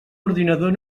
ordinador